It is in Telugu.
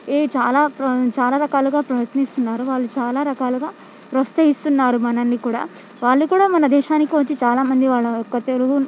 ఈ చాలా ప్రో చాలా రకాలుగా ప్రయత్నిస్తున్నారు వాళ్ళు చాలా రకాలుగా ప్రోత్సహిస్తున్నారు మనల్ని కూడా వాళ్ళు కూడా మన దేశానికి వచ్చి చాలా మంది వాళ్ళ యొక్క తెలుగు